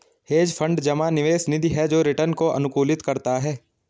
hedge fund जमा निवेश निधि है जो रिटर्न को अनुकूलित करता है